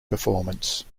performance